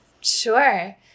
Sure